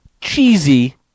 cheesy